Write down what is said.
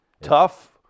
Tough